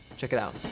check it out.